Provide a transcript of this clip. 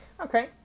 Okay